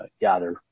gather